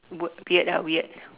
w~ weird ah weird